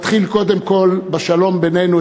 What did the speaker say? מתחיל קודם כול בשלום בינינו,